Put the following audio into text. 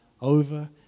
over